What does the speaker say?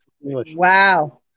wow